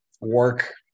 work